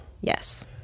Yes